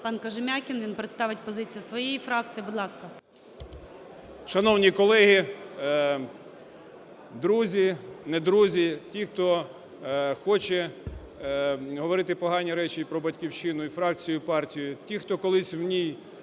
пан Кожем'якін. Він представить позицію своєї фракції. Будь ласка. 11:59:18 КОЖЕМ’ЯКІН А.А. Шановні колеги, друзі, не друзі, ті, хто хоче говорити погані речі про "Батьківщину" і фракцію, і партію, ті, хто колись в ній